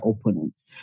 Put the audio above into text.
opponents